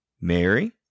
Mary